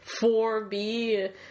4B